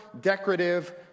decorative